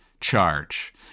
charge